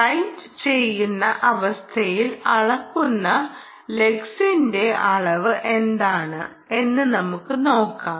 right ചെയ്യുന്ന അവസ്ഥയിൽ അളക്കുന്ന ലക്സിന്റെ അളവ് എന്താണ് എന്ന് നമുക്ക് നോക്കാം